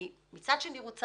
אני מצד שני רוצה